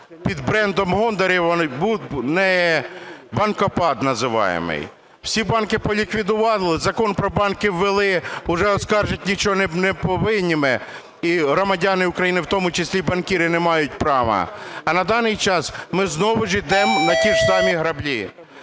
під брендом Гонтаревої був "банкопад" називаємий, всі банки поліквідували, Закон про банки ввели, уже оскаржити нічого не повинні ми і громадяни України, в тому числі й банкіри не мають права. А на даний час ми знову ж йдемо на ті ж самі граблі: